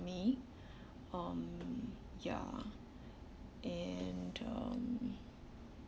me um ya and um